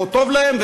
או טוב להם,